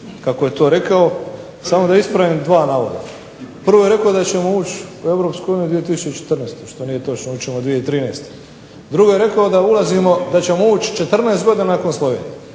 kako je to rekao, samo da ispravim dva navoda. Prvo je rekao da ćemo ući u Europsku uniju 2014. što nije točno, ući ćemo 2013. Drugo je rekao da ćemo ući 14 godina nakon Slovenije,